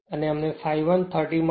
અમને ∅1 30 મળ્યું છે